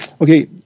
Okay